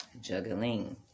juggling